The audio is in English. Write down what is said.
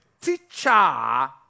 teacher